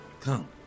Come